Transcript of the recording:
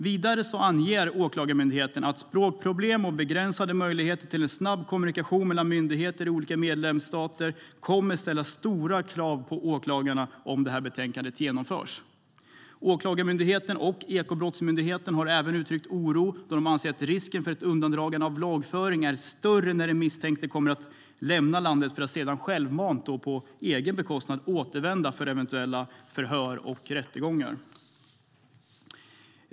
Vidare anger Åklagarmyndigheten att "språkproblem och begränsade möjligheter till en snabb kommunikation mellan myndigheter i olika medlemsstater kommer att ställa stora krav på åklagarna" om förslaget genomförs. Åklagarmyndigheten och Ekobrottsmyndigheten har även uttryckt oro då de anser att risken för ett undandragande från lagföring är större när den misstänkte kommer att lämna landet för att sedan självmant och på egen bekostnad återvända för eventuella förhör och rättegång.